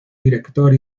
director